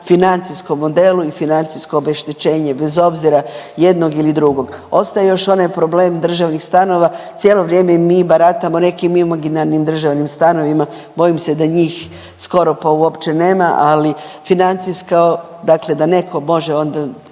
financijskom modelu i financijsko obeštećenje bez obzira jednog ili drugog. Ostaje još onaj problem državnih stanova, cijelo vrijeme mi baratamo nekim imaginarnim državnim stanovima, bojim se da njih skoro pa uopće nema, ali financijsko, dakle da neko može onda